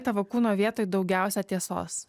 tavo kūno vietoj daugiausia tiesos